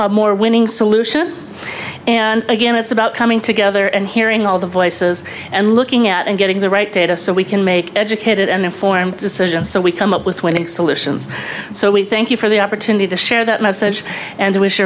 at more winning solution and again it's about coming together and hearing all the voices and looking at and getting the right data so we can make educated and informed decisions so we come up with winning solutions so we thank you for the opportunity to share that message and i wish